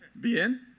Bien